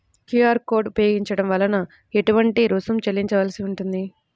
QR code ఉపయోగించటం వలన ఏటువంటి రుసుం చెల్లించవలసి ఉంటుంది?